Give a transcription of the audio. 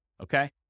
Okay